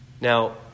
Now